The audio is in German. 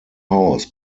haus